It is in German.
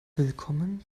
willkommen